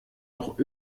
doch